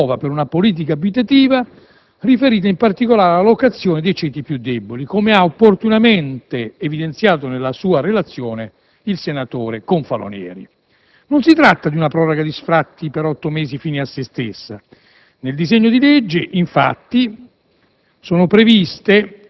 apre una stagione nuova di politica abitativa riferita, in particolare, alla locazione dei ceti più deboli, come ha opportunamente evidenziato nella sua relazione il senatore Confalonieri. Non si tratta di una proroga di otto mesi fine a se stessa; nel disegno di legge, infatti,